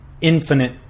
infinite